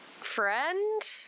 friend